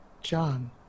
John